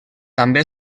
també